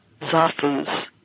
Zafus